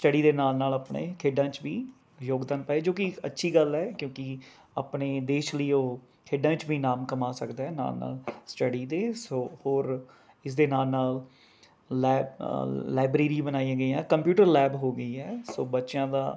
study ਦੇ ਨਾਲ ਨਾਲ ਆਪਣੇ ਖੇਡਾਂ 'ਚ ਵੀ ਯੋਗਦਾਨ ਪਾਏ ਜੋ ਕਿ ਇੱਕ ਅੱਛੀ ਗੱਲ ਹੈ ਕਿਉਂਕਿ ਆਪਣੇ ਦੇਸ਼ ਲਈ ਉਹ ਖੇਡਾਂ ਵਿੱਚ ਵੀ ਨਾਮ ਕਮਾ ਸਕਦਾ ਹੈ ਨਾਲ ਨਾਲ ਸਟੱਡੀ ਦੇ ਸੋ ਹੋਰ ਇਸ ਦੇ ਨਾਲ ਨਾਲ ਲਾਇ ਲਾਇਬਰੇਰੀ ਬਣਾਈਆਂ ਗਈਆਂ ਕੰਪਿਊਟਰ ਲੈਬ ਹੋ ਗਈ ਹੈ ਸੋ ਬੱਚਿਆਂ ਦਾ